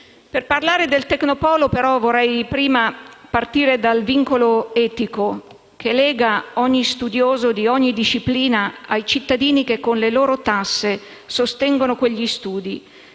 Per parlare del Tecnopolo, vorrei prima partire dal vincolo etico che lega ogni studioso di ogni disciplina ai cittadini che con le loro tasse sostengono quegli studi,